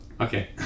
okay